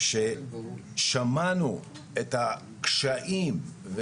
ששמענו את הקשיים,